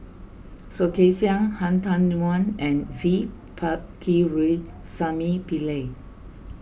Soh Kay Siang Han Tan Wuan and V Pakirisamy Pillai